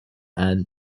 and